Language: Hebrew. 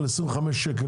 על 25 שקל,